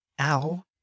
Ow